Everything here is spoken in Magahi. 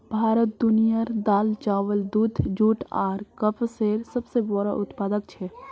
भारत दुनियार दाल, चावल, दूध, जुट आर कपसेर सबसे बोड़ो उत्पादक छे